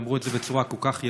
הם אמרו את זה בצורה כל כך יפה,